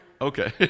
Okay